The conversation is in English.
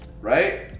Right